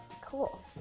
Cool